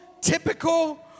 typical